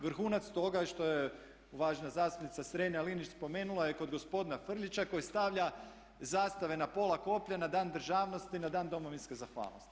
Vrhunac toga je što je uvažena zastupnica Strenja-Linić spomenula je kod gospodina Frljića koji stavlja zastave na pola koplja na Dan državnosti, na Dan domovinske zahvalnosti.